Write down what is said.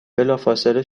بلافاصله